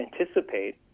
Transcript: anticipate